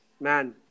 Man